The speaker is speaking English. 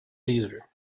leader